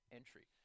entry